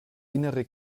innere